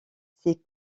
ses